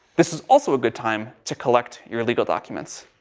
this is also a good time to collect your legal documents.